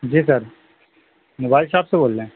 جی sir mobile shop سے بول رہے ہیں